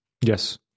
Yes